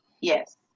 Yes